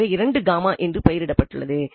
எனவே இரண்டு காமா என்று பெயரிடப்பட்டது